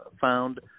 found